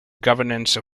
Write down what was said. governance